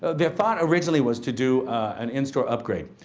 the thought originally was to do an in-store upgrade,